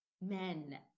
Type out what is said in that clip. men